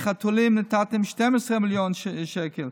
לחתולים נתתם 12 מיליון שקל.